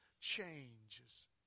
changes